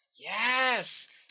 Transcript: Yes